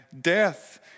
death